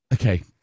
Okay